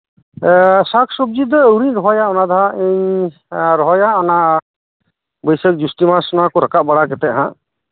ᱥᱟᱠᱥᱚᱵᱡᱤ ᱫᱚ ᱟᱣᱨᱤᱧ ᱨᱚᱦᱚᱭᱟ ᱚᱱᱟᱫᱚᱦᱟᱜ ᱤᱧ ᱨᱚᱦᱚᱭᱟ ᱚᱱᱟ ᱵᱟᱹᱭᱥᱟᱹᱠ ᱡᱩᱥᱴᱤᱢᱟᱥ ᱚᱱᱟᱠᱩ ᱨᱟᱠᱟᱵ ᱵᱟᱲᱟ ᱠᱟᱛᱮᱫ ᱱᱟᱦᱟᱸᱜ